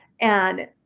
and-